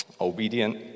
obedient